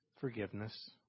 forgiveness